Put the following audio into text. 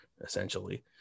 essentially